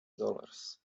dollars